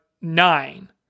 nine